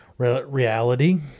reality